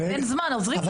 אין זמן, עוזרים להם.